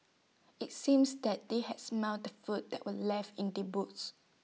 IT seems that they had smelt the food that were left in the boot